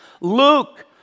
Luke